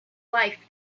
life